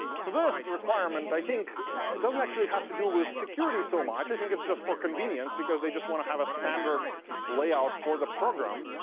so this requirement, i think doesn't actually have to do with security so much. i think it's just for convenience, because they just want to have a standard layout for the program.